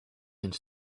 into